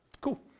Cool